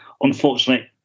unfortunately